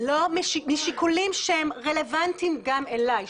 משיקולים שהם רלוונטיים גם אליי,